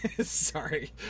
sorry